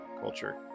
Culture